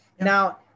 Now